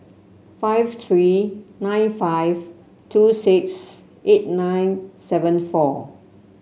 five three nine five two six eight nine seven four